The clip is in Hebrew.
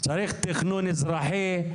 צריך תכנון אזרחי,